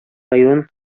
район